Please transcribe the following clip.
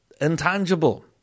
Intangible